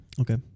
Okay